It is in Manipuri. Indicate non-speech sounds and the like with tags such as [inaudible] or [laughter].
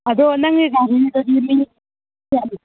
ꯑꯗꯣ ꯅꯪꯒꯤ [unintelligible]